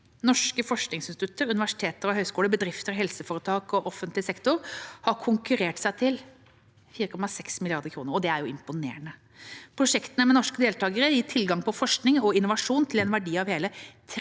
Norske forskningsinstitutter, universiteter og høyskoler, bedrifter, helseforetak og offentlig sektor har konkurrert seg til 4,9 mrd. kr, og det er imponerende. Prosjektene med norske deltakere gir tilgang på forskning og innovasjon til en verdi av hele 35